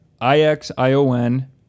I-X-I-O-N